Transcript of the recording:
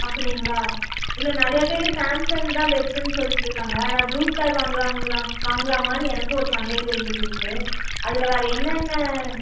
அப்படிங்களா இல்லை நிறையா பேர் சாம்சங் தான் பெஸ்ட்டுன்னு சொல்லிட்டு இருக்காங்க ஆனால் ப்ளூ ஸ்டார் வாங்கலாங்குறான் வாங்கலாமான்னு எனக்கும் ஒரு சந்தேகம் இருந்துட்டு இருக்கு அதில் வேறு என்னென்ன